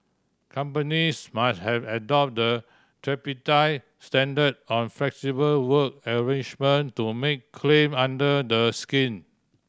companies must have adopt the tripartite standard on flexible work arrangement to make claim under the scheme